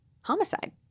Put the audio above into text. homicide